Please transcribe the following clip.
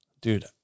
Dude